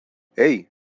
hey